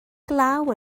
glaw